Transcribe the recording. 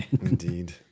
Indeed